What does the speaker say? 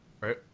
right